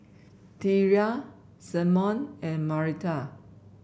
Thyra Symone and Marita